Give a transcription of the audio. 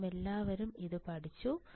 നാമെല്ലാവരും ഇത് പഠിച്ചു